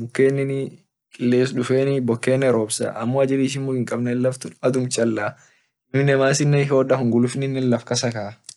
mukeninii kiles dufeni bokene robsa amine ajili ishin muk hinkabne adum chala amine masin hihoda hungulufine laf kasa kaa.